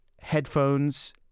headphones